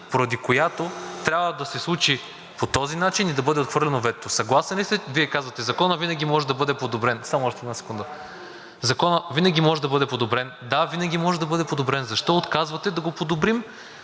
поради която трябва да се случи по този начин и да бъде отхвърлено ветото? Съгласен ли сте? Вие казвате – Законът винаги може да бъде подобрен. Само още една секунда. Да, винаги може да бъде подобрен. Защо отказвате да го подобрим